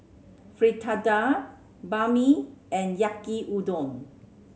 Fritada Banh Mi and Yaki Udon